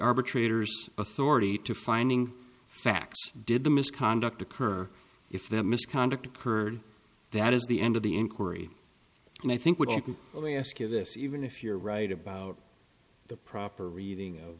arbitrator's authority to finding facts did the misconduct occur if that misconduct occurred that is the end of the inquiry and i think would you can let me ask you this even if you're right about the proper reading